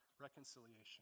reconciliation